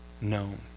known